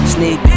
Sneak